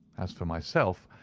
as for myself,